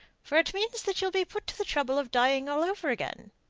for it means that you'll be put to the trouble of dying all over again.